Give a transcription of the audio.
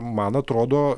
man atrodo